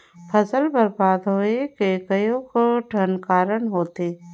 फसल बरबाद होवे के कयोठन कारण होथे